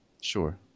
Sure